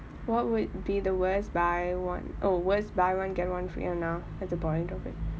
what would be the worst buy [one] oh always buy one get one free or no that's the point of it